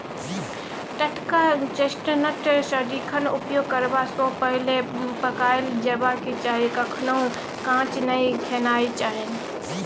टटका चेस्टनट सदिखन उपयोग करबा सँ पहिले पकाएल जेबाक चाही कखनहुँ कांच नहि खेनाइ चाही